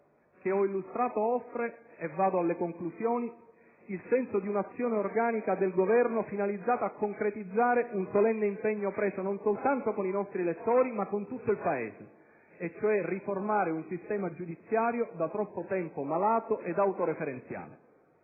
che ho illustrato offre, in conclusione, il senso di un'azione organica del Governo finalizzata a concretizzare un solenne impegno preso non soltanto con i nostri elettori ma con tutto il Paese: riformare un sistema giudiziario da troppo tempo malato ed autoreferenziale.